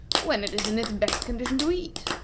when it is in its best condition to eat?